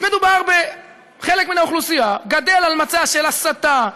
מדובר בחלק מהאוכלוסייה שגדל על מצע של הסתה,